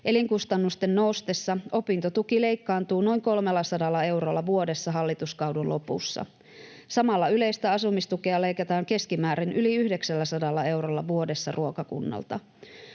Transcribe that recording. Elinkustannusten noustessa opintotuki leikkaantuu noin 300 eurolla vuodessa hallituskauden lopussa. Samalla yleistä asumistukea leikataan keskimäärin yli 900 eurolla vuodessa ruokakunnalta.